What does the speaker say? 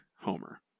Homer